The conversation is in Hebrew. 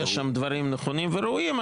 יש שם דברים נכונים וראויים,